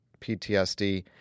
PTSD